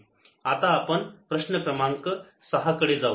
आता आपण प्रश्न क्रमांक सहा कडे जाऊ